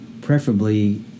preferably